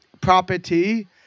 property